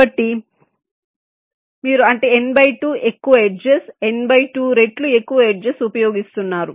కాబట్టి మీరు అంటే ఎక్కువ ఎడ్జెస్ రెట్లు ఎక్కువ ఎడ్జెస్ ఉపయోగిస్తున్నారు